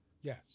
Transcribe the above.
Yes